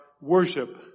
worship